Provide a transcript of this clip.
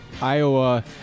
Iowa